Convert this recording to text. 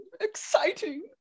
Exciting